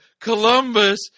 Columbus